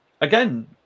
Again